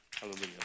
Hallelujah